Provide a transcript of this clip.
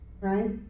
Right